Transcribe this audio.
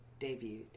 debuted